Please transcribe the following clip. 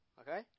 Okay